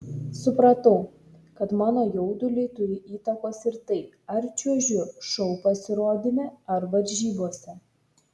supratau kad mano jauduliui turi įtakos ir tai ar čiuožiu šou pasirodyme ar varžybose